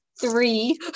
three